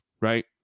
right